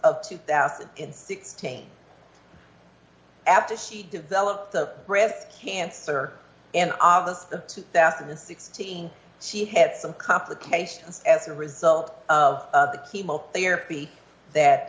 of two thousand and sixteen after she developed a breast cancer in august of two thousand and sixteen she had some complications as a result of the chemotherapy that